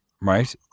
right